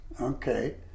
okay